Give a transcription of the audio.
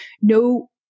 no